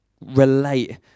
relate